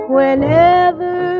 Whenever